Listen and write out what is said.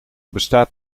bestaat